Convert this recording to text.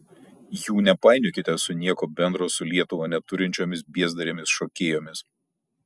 jų nepainiokite su nieko bendro su lietuva neturinčiomis biezdarėmis šokėjomis